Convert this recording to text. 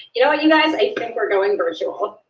you know ah you guys, i think we're going virtual.